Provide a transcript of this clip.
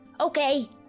Okay